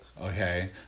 Okay